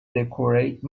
decorate